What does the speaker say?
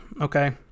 okay